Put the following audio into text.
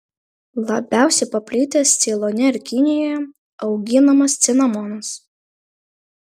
labiausiai paplitęs ceilone ir kinijoje auginamas cinamonas